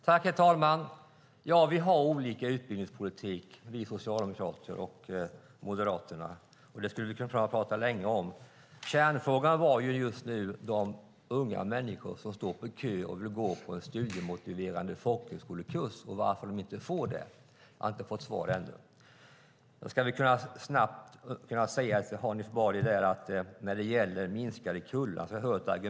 Herr talman! Ja, vi socialdemokrater och Moderaterna har olika utbildningspolitik. Det skulle vi kunna prata om länge. Kärnfrågan var just nu varför de unga människor som står på kö och vill gå en studiemotiverande folkhögskolekurs inte får det. Jag har ännu inte fått svar. Jag kan snabbt säga till Hanif Bali att jag har hört argumentet om minskade kullar förr.